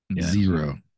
Zero